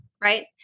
Right